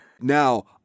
Now